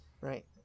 right